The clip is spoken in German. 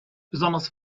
besonders